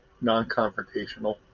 non-confrontational